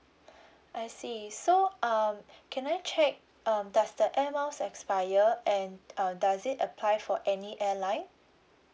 I see so um can I check um does the air miles expire and uh does it apply for any airline